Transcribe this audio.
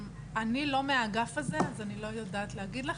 אני לא מהאגף הזה אז אני לא יודעת להגיד לך,